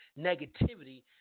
negativity